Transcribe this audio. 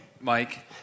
Mike